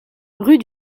rue